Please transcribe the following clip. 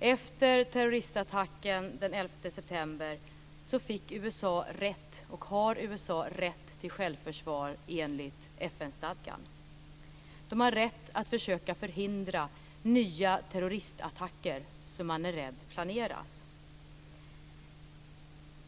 Efter terroristattacken den 11 september fick USA rätt och har USA rätt till självförsvar enligt FN-stadgan. Man har rätt att försöka förhindra nya terroristattacker, som man är rädd planeras.